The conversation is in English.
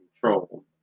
control